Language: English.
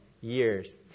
years